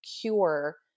cure